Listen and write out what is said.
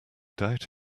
doubt